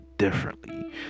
differently